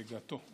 הריגתו.